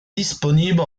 disponible